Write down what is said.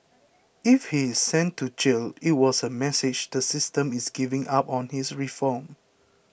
if he is sent to jail it was a message the system is giving up on his reform